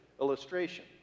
illustration